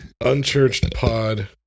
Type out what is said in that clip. Unchurchedpod